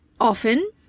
often